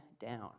down